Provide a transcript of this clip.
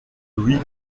louis